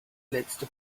letzte